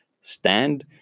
stand